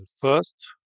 first